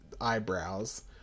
eyebrows